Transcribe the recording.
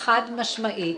חד משמעית,